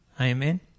Amen